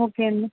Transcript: okay అండి